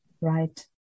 right